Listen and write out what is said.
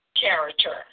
character